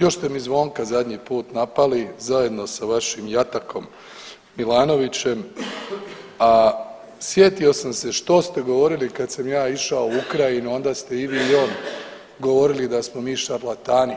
Još ste mi Zvonka zadnji put napali zajedno sa vašim jatakom Milanovićem, a sjetio sam što ste govorili kad sam ja išao u Ukrajinu onda ste i vi i on govorili da smo mi šablatani,